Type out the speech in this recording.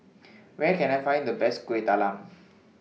Where Can I Find The Best Kuih Talam